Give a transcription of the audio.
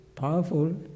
powerful